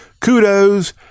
kudos